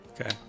Okay